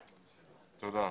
תודה.